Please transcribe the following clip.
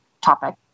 topic